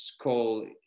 call